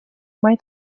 mai